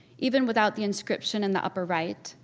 even without the inscription in the upper right,